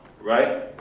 right